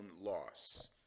loss